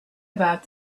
about